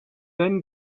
then